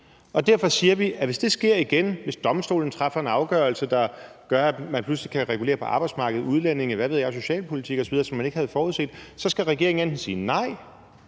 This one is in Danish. og derfor siger vi, at hvis det sker igen, hvis domstolen træffer en afgørelse, der gør, at man pludselig kan regulere på arbejdsmarkedet, udlændinge og socialpolitik, og hvad ved jeg, som der ikke var forudset, så skal regeringen enten sige nej